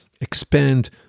expand